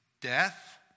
death